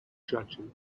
judging